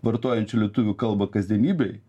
vartojančių lietuvių kalbą kasdienybėj